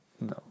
No